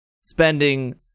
spending